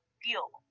fuel